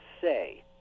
say